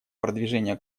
продвижение